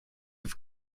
with